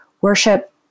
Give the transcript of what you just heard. worship